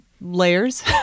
Layers